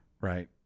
Right